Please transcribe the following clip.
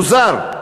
מוזר.